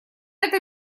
это